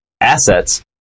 Assets